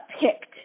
picked